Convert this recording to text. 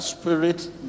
spirit